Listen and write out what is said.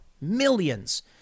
millions